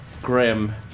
Grim